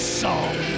song